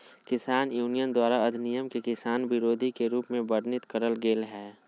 किसान यूनियन द्वारा अधिनियम के किसान विरोधी के रूप में वर्णित करल गेल हई